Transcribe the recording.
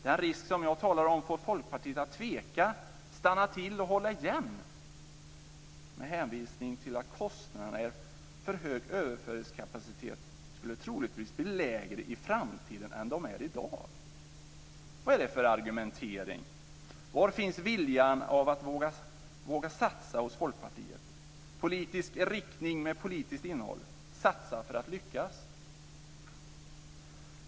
Den risk som jag talar om får Folkpartiet att tveka, stanna till och hålla igen med hänvisning till att kostnaderna för hög överföringskapacitet troligtvis blir lägre i framtiden än de är i dag. Vad är det för argumentering? Var finns viljan att våga satsa hos Folkpartiet - politisk riktning med politiskt innehåll; satsa för att lyckas?